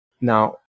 now